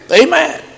amen